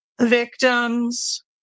victims